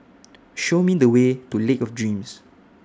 Show Me The Way to Lake of Dreams